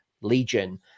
Legion